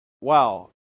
Wow